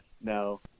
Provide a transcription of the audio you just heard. no